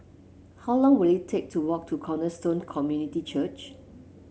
how long will it take to walk to Cornerstone Community Church